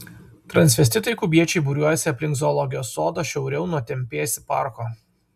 transvestitai kubiečiai būriuojasi aplink zoologijos sodą šiauriau nuo tempėsi parko